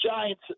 Giants